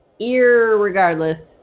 irregardless